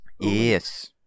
Yes